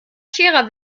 scherer